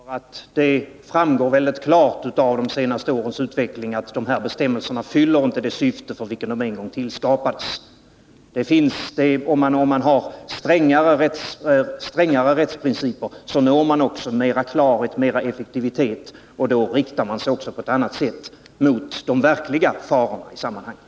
Herr talman! Det framgår väldigt klart av de senaste årens utveckling att dessa bestämmelser inte fyller det syfte för vilket de en gång tillskapades. Om man har strängare rättsprinciper når man också större klarhet, större effektivitet, och då riktar man sig också på ett annat sätt mot de verkliga farorna i sammanhanget.